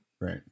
right